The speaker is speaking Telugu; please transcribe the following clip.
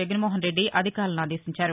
జగన్మోహన్రెడ్డి అధికారులను ఆదేశించారు